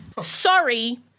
Sorry